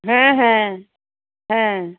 হ্যাঁ হ্যাঁ হ্যাঁ